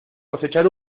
cosechar